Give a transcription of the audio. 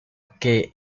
que